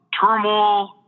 turmoil